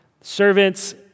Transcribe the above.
servants